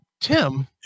Tim